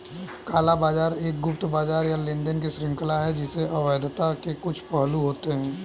काला बाजार एक गुप्त बाजार या लेनदेन की श्रृंखला है जिसमें अवैधता के कुछ पहलू होते हैं